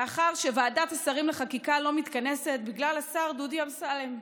מאחר שוועדת השרים לחקיקה לא מתכנסת בגלל השר דודי אמסלם.